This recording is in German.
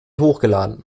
hochgeladen